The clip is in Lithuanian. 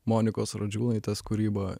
monikos radžiūnaitės kūryba